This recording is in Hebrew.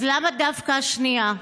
אז למה דווקא השנייה?